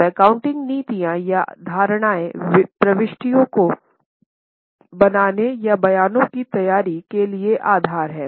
अब एकाउंटिंग नीतियाँ या धारणाएँ प्रविष्टियों को बनाने या बयानों की तैयारी के लिए आधार हैं